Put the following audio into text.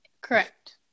correct